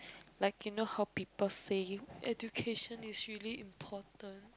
like cannot how people say education is really important